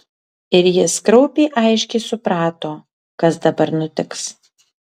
ir jis kraupiai aiškiai suprato kas dabar nutiks